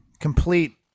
complete